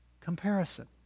comparison